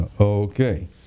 Okay